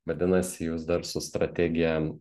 vadinasi jūs dar su strategija